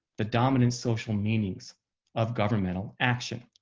the dominant social meanings of governmental action.